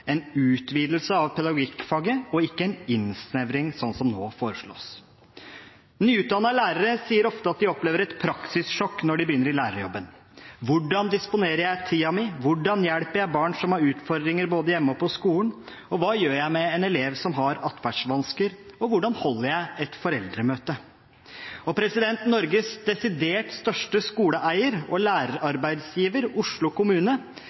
en utvidelse av pedagogikkfaget og ikke en innsnevring, sånn som nå foreslås. Nyutdannede lærere sier ofte at de opplever et praksissjokk når de begynner i lærerjobben – hvordan disponerer jeg tiden min, hvordan hjelper jeg barn som har utfordringer både hjemme og på skolen, hva gjør jeg med en elev som har atferdsvansker, og hvordan holder jeg et foreldremøte? Norges desidert største skoleeier og lærerarbeidsgiver, Oslo kommune,